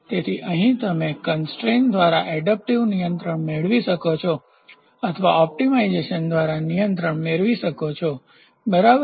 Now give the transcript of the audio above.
તેથી અહીં તમે કન્સ્ટ્રેઇન દ્વારા એડપ્ટીવ નિયંત્રણ મેળવી શકો છો અથવા ઓપ્ટિમાઇઝેશન દ્વારા નિયંત્રણ મેળવી શકો છો બરાબર